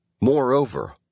Moreover